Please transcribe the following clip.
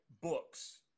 books